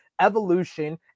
evolution